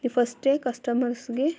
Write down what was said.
ಫಸ್ಟೇ ಕಸ್ಟಮರ್ಸ್ಗೆ